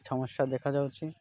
ସମସ୍ୟା ଦେଖାଯାଉଛି